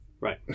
right